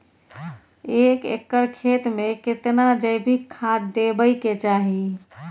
एक एकर खेत मे केतना जैविक खाद देबै के चाही?